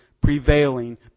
prevailing